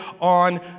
on